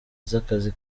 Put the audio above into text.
z’akazi